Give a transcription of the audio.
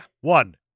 One